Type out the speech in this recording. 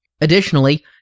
Additionally